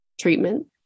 treatment